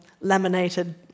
laminated